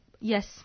yes